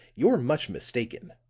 you're much mistaken,